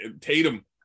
Tatum